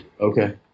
Okay